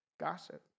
gossip